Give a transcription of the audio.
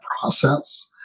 process